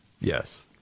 Yes